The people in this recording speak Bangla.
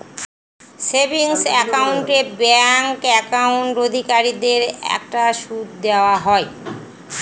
সেভিংস একাউন্ট এ ব্যাঙ্ক একাউন্ট অধিকারীদের একটা সুদ দেওয়া হয়